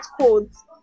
codes